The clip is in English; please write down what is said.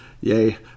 Yay